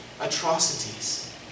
atrocities